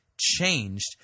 changed